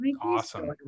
awesome